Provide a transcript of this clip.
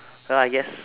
well I guess